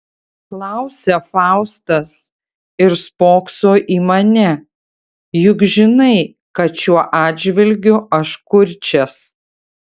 klausia faustas ir spokso į mane juk žinai kad šiuo atžvilgiu aš kurčias